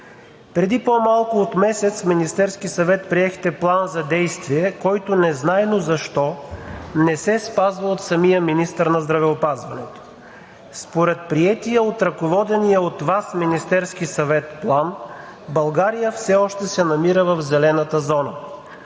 Преди по-малко от месец в Министерския съвет приехте План за действие, който, незнайно защо, не се спазва от самия министър на здравеопазването. Според приетия от ръководения от Вас Министерски съвет план България все още се намира в зелената зона.